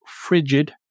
frigid